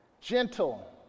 gentle